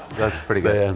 that's pretty good.